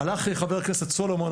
הלך לי חבר הכנסת סולומון,